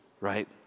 right